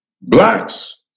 blacks